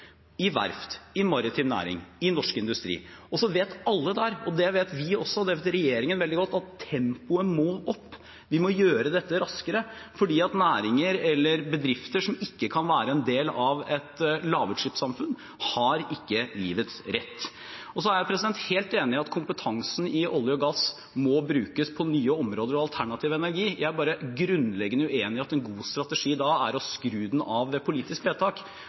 i verft, i maritim næring, i norsk industri. Så vet alle der, og også regjeringen vet veldig godt, at tempoet må opp. Vi må gjøre dette raskere, for næringer eller bedrifter som ikke kan være en del av et lavutslippssamfunn, har ikke livets rett. Så er jeg helt enig i at kompetansen i olje og gass må brukes på nye områder og alternativ energi. Jeg er bare grunnleggende uenig i at en god strategi er å skru den av ved politisk vedtak.